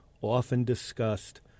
often-discussed